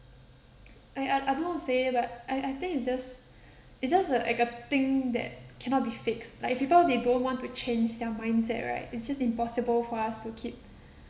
I I I don't know how to say but I I think it's just it's just a like a thing that cannot be fixed like if people they don't want to change their mindset right it's just impossible for us to keep